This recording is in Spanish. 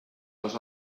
los